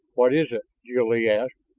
what is it? jil-lee asked.